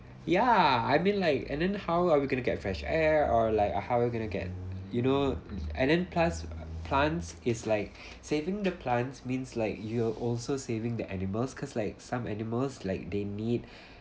ya I mean like and then how are we going to get fresh air or like how you gonna get you know and then plus plants is like saving the plants means like you're also saving the animals cause like some animals like they need